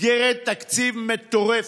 מסגרת תקציב מטורפת.